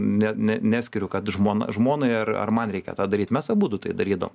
ne ne neskiriu kad žmona žmonai ar ar man reikia tą daryt mes abudu tai darydavom